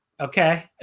okay